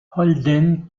holden